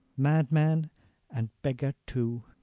madman and beggar too.